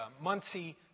Muncie